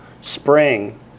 spring